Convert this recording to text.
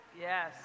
yes